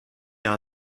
mehr